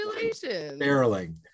barreling